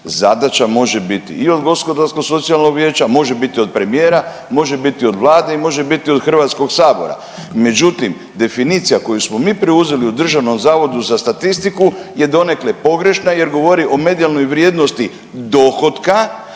Zadaća može biti i od Gospodarsko-socijalnog vijeća, može biti od premijera, može biti od Vlade i može biti od Hrvatskog sabora. Međutim, definicija koju smo mi preuzeli u Državnom zavodu za statistiku je donekle pogrešna jer govori o medijalnoj vrijednosti dohotka,